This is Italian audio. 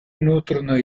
nutrono